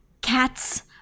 Cats